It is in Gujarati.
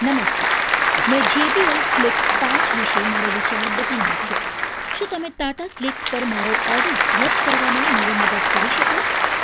નમસ્તે મેં જેબીએલ ફ્લિપ પાંચ વિશે મારો વિચાર બદલી નાખ્યો શું તમે ટાટા ક્લિક પર મારો ઓર્ડર રદ કરવામાં મારી મદદ કરી શકો